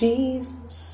Jesus